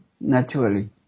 naturally